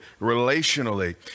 relationally